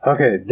Okay